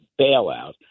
bailout